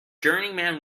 journeyman